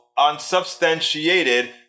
unsubstantiated